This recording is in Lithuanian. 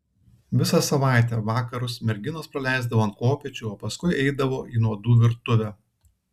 visą savaitę vakarus merginos praleisdavo ant kopėčių o paskui eidavo į nuodų virtuvę